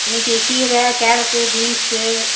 இன்னைக்கி கீரை carrot beans